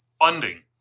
funding